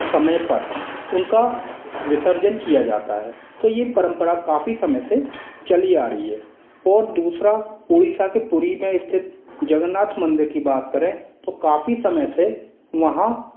समय पर उनका विसर्जन किया जाता है तो यह परंपरा काफ़ी समय से चली आ रही है और दूसरा उड़ीसा के पूरी में स्थित जगन्नाथ मंदिर की बात करें तो काफ़ी समय से वहां